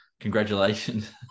congratulations